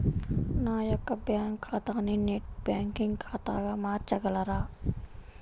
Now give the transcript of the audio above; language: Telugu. నా యొక్క బ్యాంకు ఖాతాని నెట్ బ్యాంకింగ్ ఖాతాగా మార్చగలరా?